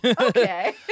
Okay